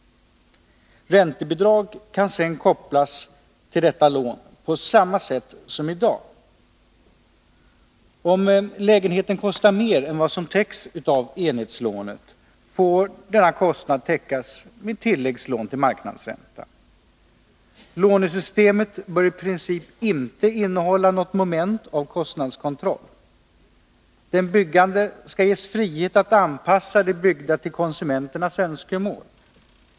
Räntebidrag kan sedan kopplas till detta lån på samma sätt som i dag. Om lägenheten kostar mer än vad som täcks av enhetslånet får denna kostnad täckas med tilläggslån till marknadsränta. Lånesystemet bör i princip inte innehålla något moment av kostnadskontroll. Den byggande skall ges frihet att anpassa det byggda till konsumenternas önskemål.